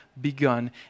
begun